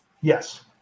Yes